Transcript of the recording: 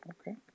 Okay